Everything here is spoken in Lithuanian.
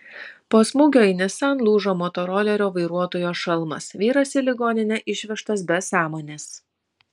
po smūgio į nissan lūžo motorolerio vairuotojo šalmas vyras į ligoninę išvežtas be sąmonės